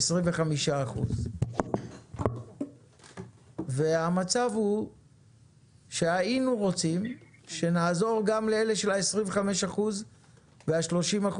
25%. והמצב הוא שהיינו רוצים שנעזור גם לאלה של 25% ו-30%,